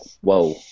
whoa